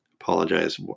Apologize